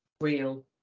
real